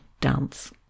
dance